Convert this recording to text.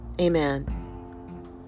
amen